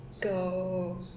go